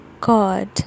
God